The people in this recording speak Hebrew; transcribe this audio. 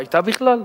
היתה בכלל?